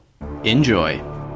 Enjoy